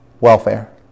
welfare